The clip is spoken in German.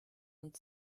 und